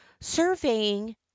surveying